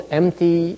empty